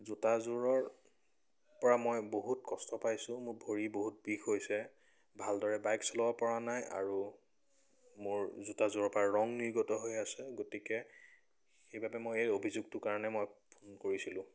জোতাযোৰৰ পৰা মই বহুত কষ্ট পাইছোঁ মোৰ ভৰি বহুত বিষ হৈছে ভালদৰে বাইক চলাব পৰা নাই আৰু মোৰ জোতাযোৰৰ পৰা ৰং নিৰ্গত হৈ আছে গতিকে সেইবাবে মই এই অভিযোগটোৰ কাৰণে মই ফোন কৰিছিলোঁ